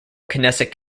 knesset